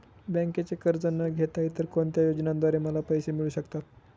बँकेचे कर्ज न घेता इतर कोणत्या योजनांद्वारे मला पैसे मिळू शकतात?